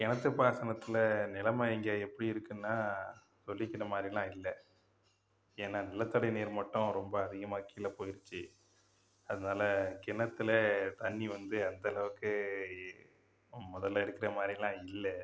கிணத்து பாசனத்தில் நிலைமை இங்கே எப்படி இருக்குன்னா சொல்லிக்கிற மாதிரிலாம் இல்லை ஏன்னால் நிலத்தடி நீர் மட்டம் ரொம்ப அதிகமாக கீழே போயிடுச்சு அதனால் கிணத்தில் தண்ணி வந்து அந்தளவுக்கு முதலில் இருக்கிற மாதிரிலாம் இல்லை